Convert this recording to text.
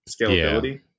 scalability